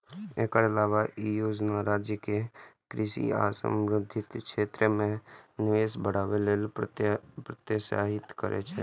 एकर अलावे ई योजना राज्य कें कृषि आ संबद्ध क्षेत्र मे निवेश बढ़ावे लेल प्रोत्साहित करै छै